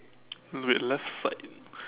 wait left side